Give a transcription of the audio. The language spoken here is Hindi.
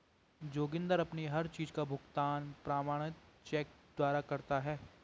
जोगिंदर अपनी हर चीज का भुगतान प्रमाणित चेक द्वारा करता है